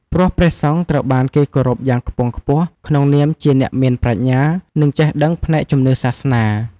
ព្រោះព្រះសង្ឃត្រូវបានគេគោរពយ៉ាងខ្ពង់ខ្ពស់ក្នុងនាមជាអ្នកមានប្រាជ្ញា និងចេះដឹងផ្នែកជំនឿសាសនា។